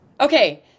Okay